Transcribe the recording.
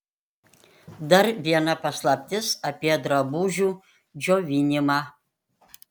dar viena paslaptis apie drabužių džiovinimą